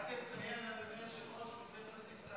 רק תציין, אדוני היושב-ראש, שהוא עושה את הספתח.